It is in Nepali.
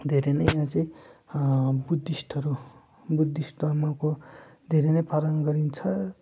धेरै नै यहाँ चाहिँ बुद्धिस्टहरू बुद्धिस्ट धर्मको धेरै नै पालन गरिन्छ